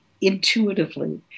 intuitively